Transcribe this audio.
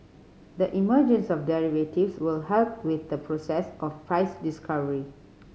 the emergence of derivatives will help with the process of price discovery